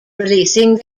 releasing